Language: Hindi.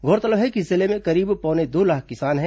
गौरतलब है कि जिले में करीब पौने दो लाख किसान हैं